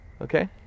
okay